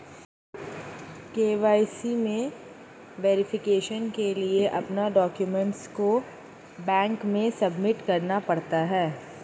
KYC में verification के लिए अपने डाक्यूमेंट को बैंक में सबमिट करना पड़ता है